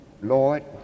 Lord